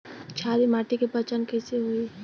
क्षारीय माटी के पहचान कैसे होई?